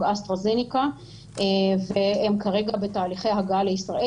אסטרהזניקה והם כרגע בתהליכי הגעה לישראל.